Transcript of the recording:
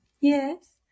yes